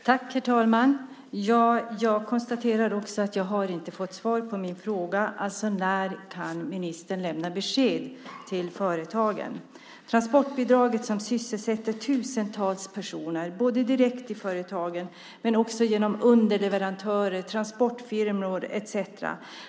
Herr talman! Jag konstaterar också att jag inte har fått svar på min fråga. Alltså: När kan ministern lämna besked till företagen? Transportbidraget sysselsätter tusentals personer, både direkt i företagen och också genom underleverantörer, transportfirmor, etcetera.